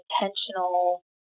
intentional